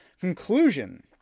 Conclusion